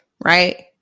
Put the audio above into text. right